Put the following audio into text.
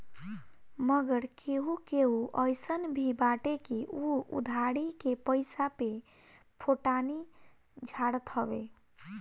मगर केहू केहू अइसन भी बाटे की उ उधारी के पईसा पे फोटानी झारत हवे